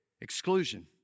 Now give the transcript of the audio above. Exclusion